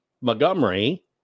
Montgomery